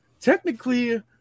technically